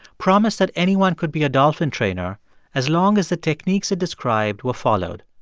promised that anyone could be a dolphin trainer as long as the techniques it described were followed.